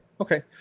Okay